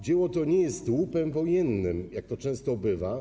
Dzieło to nie jest łupem wojennym, jak to często bywa.